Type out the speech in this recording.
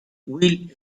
will